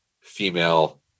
female